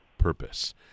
Purpose